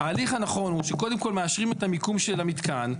ההליך הנכון הוא שקודם כל מאשרים את המיקום של המתקן,